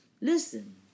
Listen